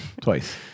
twice